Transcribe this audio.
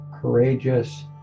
courageous